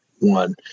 one